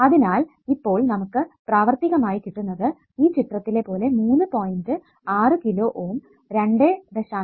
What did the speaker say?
അതിനാൽ ഇപ്പോൾ നമുക്ക് പ്രാവർത്തികമായി കിട്ടുന്നത് ഈ ചിത്രത്തിലെ പോലെ 3 പോയിന്റ് 6 കിലോ Ω 2